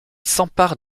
s’empare